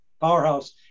powerhouse